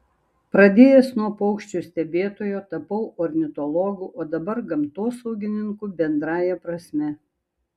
pradėjęs nuo paukščių stebėtojo tapau ornitologu o dabar gamtosaugininku bendrąja prasme